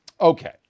Okay